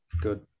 Good